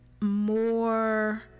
more